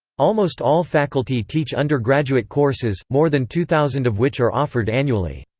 almost all faculty teach undergraduate courses, more than two thousand of which are offered annually.